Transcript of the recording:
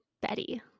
betty